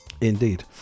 indeed